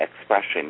expression